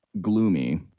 gloomy